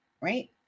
right